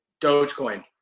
Dogecoin